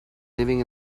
living